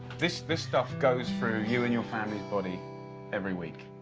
this this stuff goes through you and your family's body every week.